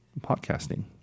podcasting